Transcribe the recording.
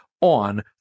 on